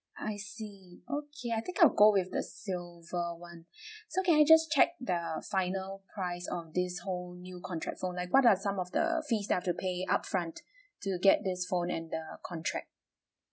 ya I okay I think I'll go with a so got one so can I just check err final price um this whole new contract so like what are some of the things that you pay upfront to get this phone and err contract